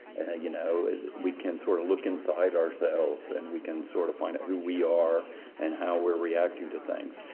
you know we can sort of look inside ourselves and we can sort of find out who we are and how we're reacting to things.